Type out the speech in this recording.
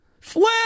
Flip